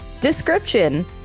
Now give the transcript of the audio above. Description